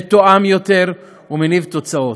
מתואם יותר ומניב תוצאות.